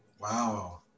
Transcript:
Wow